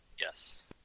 Yes